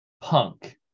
Punk